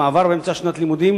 המעבר באמצע שנת לימודים,